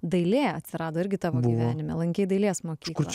dailė atsirado irgi tavo lankei dailės mokyklą